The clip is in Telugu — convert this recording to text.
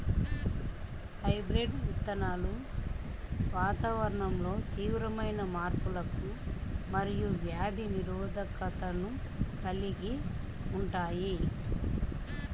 హైబ్రిడ్ విత్తనాలు వాతావరణంలో తీవ్రమైన మార్పులకు మరియు వ్యాధి నిరోధకతను కలిగి ఉంటాయి